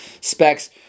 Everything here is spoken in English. specs